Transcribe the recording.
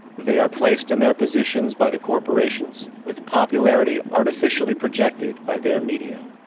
they are placed in their positions by the corporations, with popularity artificially projected by their media.